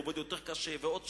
עובד קשה יותר ועוד שעות,